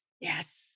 Yes